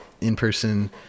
in-person